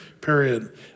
period